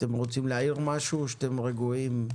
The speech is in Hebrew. אתם רוצים להעיר משהו או שאתם רגועים?